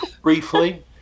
Briefly